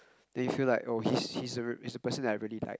then you feel like oh he's he's a he's the person I really like